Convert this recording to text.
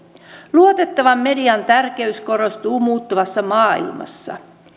luotettavan median tärkeys korostuu muuttuvassa maailmassa